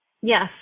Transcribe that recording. yes